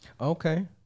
okay